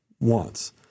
wants